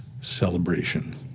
celebration